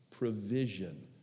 Provision